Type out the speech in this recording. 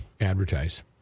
advertise